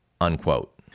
unquote